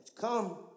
come